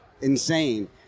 insane